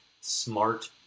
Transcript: smart